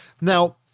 Now